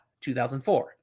2004